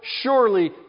surely